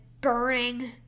burning